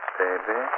baby